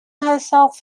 herself